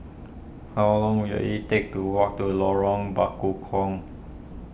how long will it take to walk to Lorong Bekukong